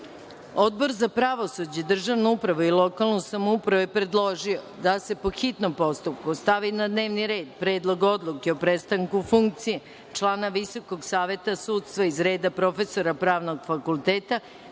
za pravosuđe, državnu upravu i lokalnu samoupravu je predložio da se, po hitnom postupku, stavi na dnevni red Predlog odluke o prestanku funkcije člana Visokog saveta sudstva iz reda profesora Pravnog fakulteta,